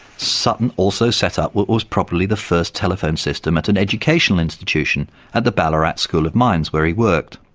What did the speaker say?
sutton also set up what was probably the first telephone system at an educational institution at the ballarat school of mines where he worked.